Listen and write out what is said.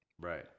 Right